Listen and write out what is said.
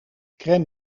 crème